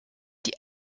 die